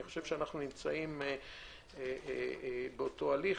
אני חושב שאנחנו נמצאים באותו הליך,